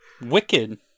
Wicked